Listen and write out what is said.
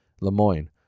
Lemoyne